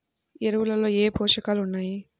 ఎరువులలో ఏ పోషకాలు ఉన్నాయి?